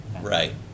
Right